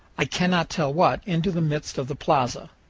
i cannot tell what, into the midst of the plaza.